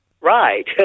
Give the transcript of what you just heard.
Right